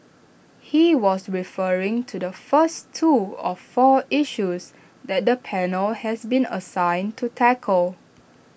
he was referring to the first two of four issues that the panel has been assigned to tackle